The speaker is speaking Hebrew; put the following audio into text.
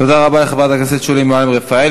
תודה רבה לחברת הכנסת שולי מועלם-רפאלי.